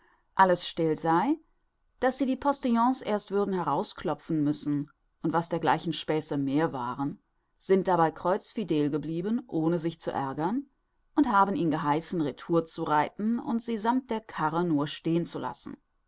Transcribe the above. alles still sei daß sie die postillons erst würden herausklopfen müssen und was dergleichen späße mehr waren sind dabei kreuzfidel geblieben ohne sich zu ärgern und haben ihn geheißen retour reiten und sie sammt der karre nur stehen zu lassen